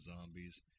zombies